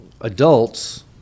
adults